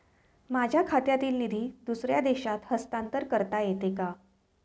माझ्या खात्यातील निधी दुसऱ्या देशात हस्तांतर करता येते का?